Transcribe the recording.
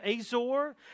Azor